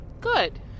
Good